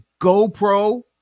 gopro